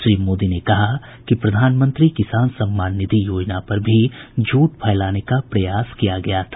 श्री मोदी ने कहा कि प्रधानमंत्री किसान सम्मान निधि योजना पर भी झूठ फैलाने का प्रयास किया गया था